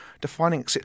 defining